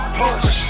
push